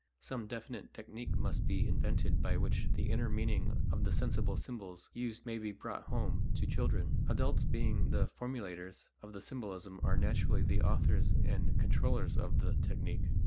some definite technique must be invented by which the inner meaning of the sensible symbols used may be brought home to children. adults being the formulators of the symbolism are naturally the authors and controllers of the technique.